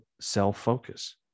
self-focus